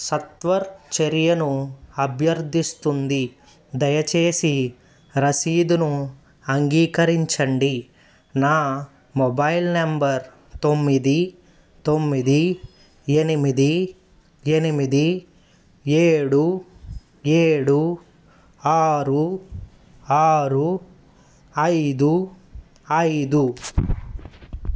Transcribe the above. సత్వర చర్యను అభ్యర్థిస్తుంది దయచేసి రసీదును అంగీకరించండి నా మొబైల్ నంబర్ తొమ్మిది తొమ్మిది ఎనిమిది ఎనిమిది ఏడు ఏడు ఆరు ఆరు ఐదు ఐదు